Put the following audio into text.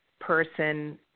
person